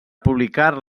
publicar